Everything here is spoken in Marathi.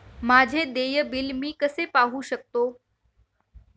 माझे देय बिल मी कसे पाहू शकतो?